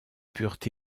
purent